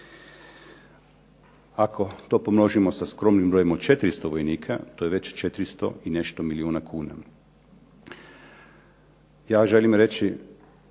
Ako to pomnožimo sa skromnim brojem od 400 vojnika to je već 400 i nešto milijuna kuna. Ja želim reći